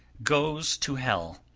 goes to hell